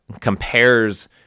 compares